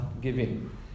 giving